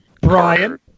Brian